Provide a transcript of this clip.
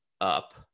up